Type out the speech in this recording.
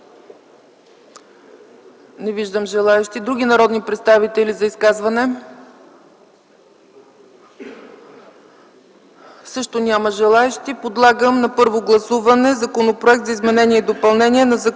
Не виждам желаещи. Други народни представители за изказвания? Също няма желаещи. Подлагам на първо гласуване Законопроект за изменение и допълнение на Закона